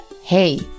Hey